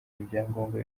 ibyangombwa